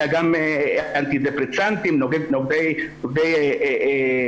אלא גם אנטידפרסנטים נוגדי דיכאון,